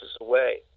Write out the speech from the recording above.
away